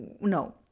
no